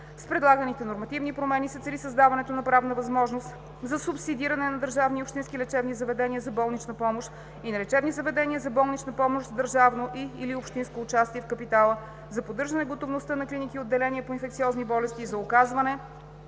С предлаганите нормативни промени се цели създаването на правна възможност за субсидиране на държавни и общински лечебни заведения за болнична помощ и на лечебни заведения за болнична помощ с държавно и/или общинско участие в капитала за поддържане готовността на клиники и отделения по инфекциозни болести за оказване